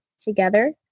together